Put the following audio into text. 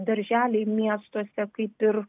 darželiai miestuose kaip ir